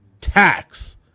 tax